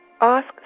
ask